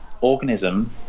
organism